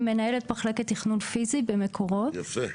מנהלת מחלקת תכנון פיזי ב-"מקורות" יפה.